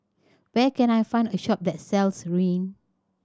where can I find a shop that sells Rene